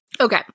Okay